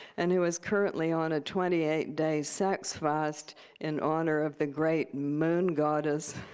and who was currently on a twenty eight day sex fast in honor of the great moon goddess